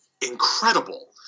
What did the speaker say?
incredible